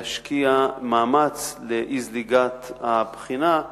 להשקיע מאמץ באי-זליגת הבחינה,